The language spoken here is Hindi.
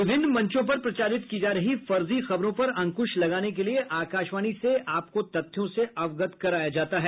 विभिन्न मंचों पर प्रचारित की जा रही फर्जी खबरों पर अंकृश लगाने के लिए आकाशवाणी से आपको तथ्यों से अवगत कराया जाता है